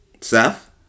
Seth